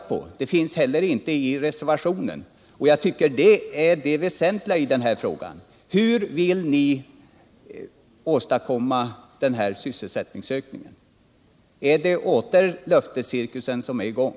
Inte heller i reservationen finns något besked. Det är dock den väsentliga frågan: Hur vill ni åstadkomma denna sysselsättningsökning? Är löftescirkusen åter i gång?